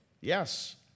yes